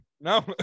No